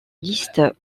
liste